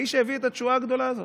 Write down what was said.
האיש שהביא את התשועה הגדולה הזאת?